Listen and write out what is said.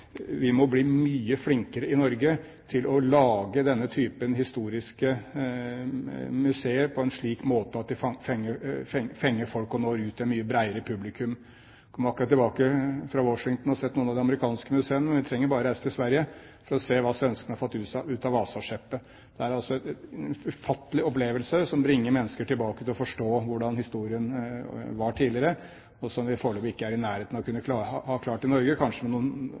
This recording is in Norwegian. vi må bli mye flinkere i Norge til å lage denne typen historiske museer, på en slik måte at de fenger folk og når ut til et mye bredere publikum. Jeg kom akkurat tilbake fra Washington og har sett noen av de amerikanske museene, men vi trenger bare reise til Sverige for å se hva svenskene har fått ut av Vasaskeppet. Det er en ufattelig opplevelse, som bringer mennesker tilbake til historien, til å forstå hvordan historien var tidligere. Foreløpig er vi ikke er i nærheten av å ha klart dette i Norge, kanskje med noen